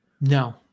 No